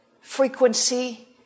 frequency